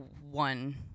one